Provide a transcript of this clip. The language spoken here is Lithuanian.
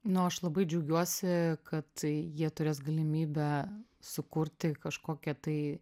no aš labai džiaugiuosi kad jie turės galimybę sukurti kažkokią tai